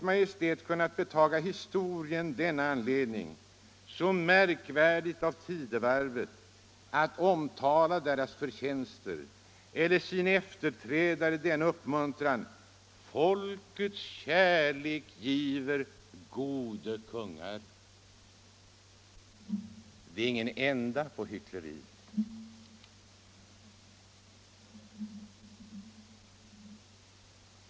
Maj:t kunnat betaga Historien denna anledning, så märkwärdig af Tidehwarfwet, att omtala deras förtjenster, eller Sine Efterträdare denna uppmuntran Folkets kärlek gifwer Gode Konungar.” Det är ingen ände på hyckleriet.